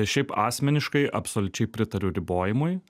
šiaip asmeniškai absoliučiai pritariu ribojimui